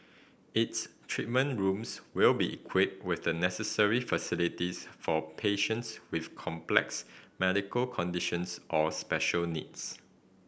its treatment rooms will be equipped with the necessary facilities for patients with complex medical conditions or special needs